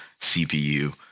CPU